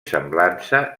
semblança